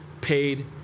paid